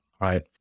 right